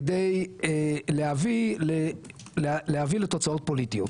כדי להביא לתוצאות פוליטיות.